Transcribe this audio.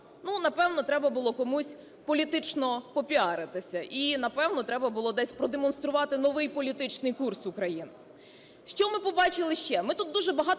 Ну, напевно, треба було комусь політично попіаритися. І, напевно, треба було десь продемонструвати новий політичний курс України. Що ми побачили ще.